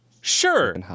Sure